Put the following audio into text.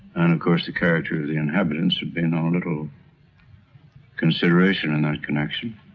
and of course the character of the inhabitants would be and um a little consideration in that connection.